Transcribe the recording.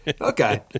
Okay